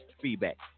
feedback